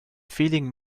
feeling